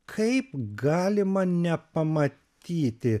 kaip galima nepamatyti